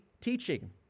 teaching